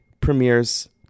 premieres